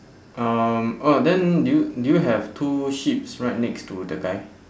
um oh then do you do you have two sheeps right next to the guy